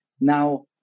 Now